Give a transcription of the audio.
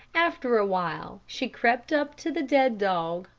after a while, she crept up to the dead dog,